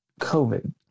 COVID